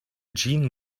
jean